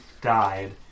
died